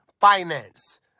finance